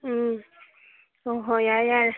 ꯎꯝ ꯍꯣ ꯍꯣꯏ ꯌꯥꯔꯦ ꯌꯥꯔꯦ